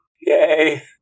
Yay